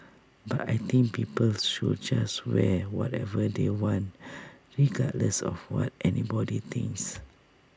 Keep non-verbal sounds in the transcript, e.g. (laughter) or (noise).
but I think people should just wear whatever they want regardless of what anybody thinks (noise)